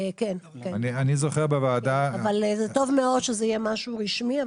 כן, אבל טוב מאוד שזה יהיה משהו רשמי.